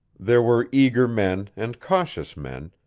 there were eager men and cautious men,